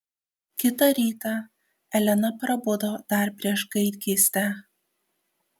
kitą rytą elena prabudo dar prieš gaidgystę